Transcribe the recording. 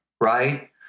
right